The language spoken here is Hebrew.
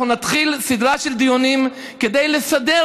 אנחנו נתחיל סדרה של דיונים כדי להסדיר